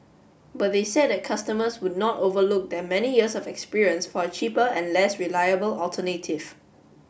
but they said that customers would not overlook their many years of experience for a cheaper and less reliable alternative